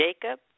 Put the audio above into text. Jacob